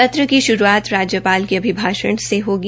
सत्र की शुरूआत राज्यपाल के अभिभाषण से होगी